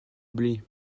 blé